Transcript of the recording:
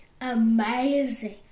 amazing